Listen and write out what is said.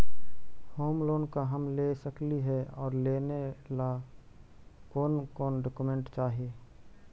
Home loan का हम ले सकली हे, और लेने ला कोन कोन डोकोमेंट चाही?